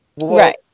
Right